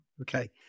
Okay